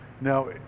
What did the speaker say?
now